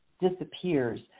disappears